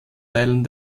teilen